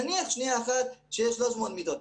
נניח שיש 300 מיטות,